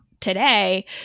today